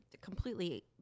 completely